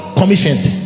commissioned